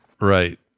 Right